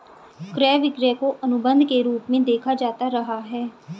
क्रय विक्रय को अनुबन्ध के रूप में देखा जाता रहा है